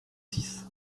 six